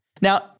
Now